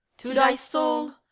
to thy soul,